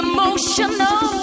Emotional